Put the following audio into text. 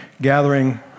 gathering